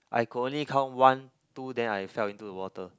I could only count one two then I fell into the water